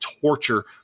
torture